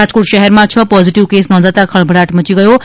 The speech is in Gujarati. રાજકોટ શહેરમાં છ પોઝીટીવ કેસ નોંધાતા ખળભળાટ મચી ગયો છે